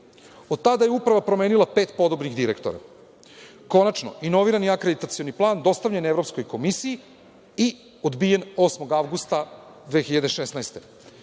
Od tada je Uprava promenila pet podobnih direktora. Konačno, inovirani akreditacioni plan dostavljen je Evropskoj komisiji i odbijen 8. avgusta 2016.